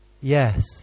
Yes